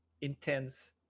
intense